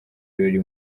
birori